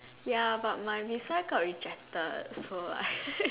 ya but my visa got rejected so I